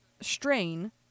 strain